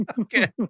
Okay